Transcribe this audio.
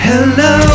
Hello